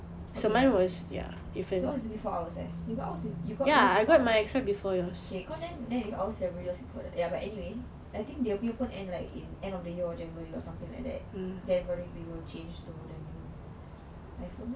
okay ya so this was before ours for ours you got yours or ours okay then then ya but anyway I think dia punya pun end at like end of the year or something like that then probably we'll change to iphone ah